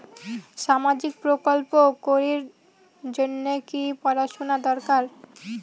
সামাজিক প্রকল্প করির জন্যে কি পড়াশুনা দরকার?